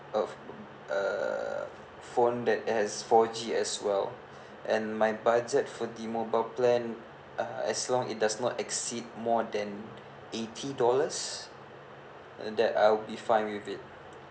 oh uh phone that has four G as well and my budget for the mobile plan uh as long it does not exceed more than eighty dollars and that I'll be fine with it